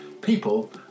people